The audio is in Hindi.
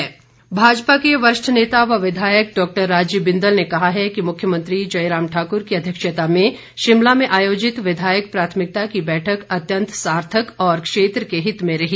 बिंदल भाजपा के वरिष्ठ नेता व विधायक डॉक्टर राजीव बिंदल ने कहा है कि मुख्यमंत्री जयराम ठाकुर की अध्यक्षता में शिमला में आयोजित विधायक प्राथमिकता की बैठक अत्यंत सार्थक और क्षेत्र के हित में रही